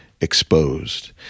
exposed